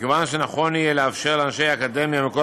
מכיוון שנכון יהיה לאפשר לאנשי אקדמיה מכל